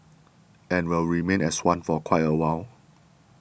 and will remain as one for quite a while